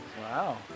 Wow